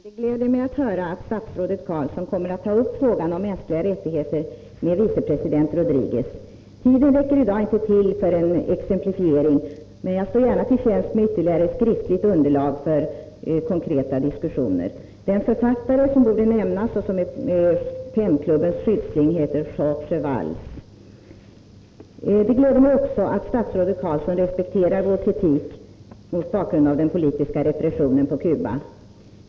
officiellt besök från Fru talman! Det gläder mig att höra att statsrådet Carlsson kommer att ta — Cupa upp frågan om mänskliga rättigheter med vice president Rodriguez. Tiden räcker i dag inte till för en exemplifiering, men jag står gärna till tjänst med ytterligare skriftligt underlag för konkreta diskussioner. Den författare som borde nämnas och som är Pennklubbens skyddsling heter Jorge Valls. Det gläder mig också att statsrådet Carlsson respekterar vår kritik mot bakgrund av den politiska repressionen på Cuba.